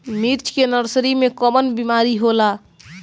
मिर्च के नर्सरी मे कवन बीमारी होला?